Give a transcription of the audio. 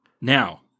Now